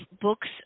books